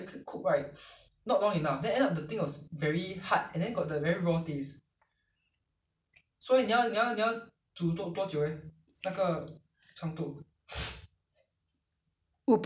我不知道不过你自己煮了之后你自己拿出来吃好像 err 可能十五分钟后你自己拿出来吃试一下如果觉得不够软你就再继续煮咯这种没有